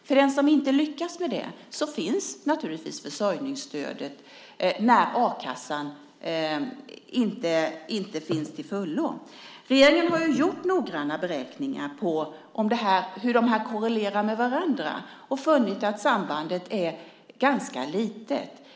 För den som inte lyckas med det finns naturligtvis försörjningsstödet när a-kassan inte finns till fullo. Regeringen har gjort noggranna beräkningar på hur de här sakerna korrelerar med varandra och funnit att sambandet är ganska litet.